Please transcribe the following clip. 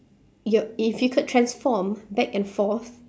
your if you could transform back and forth